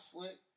Slick